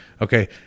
okay